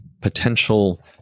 potential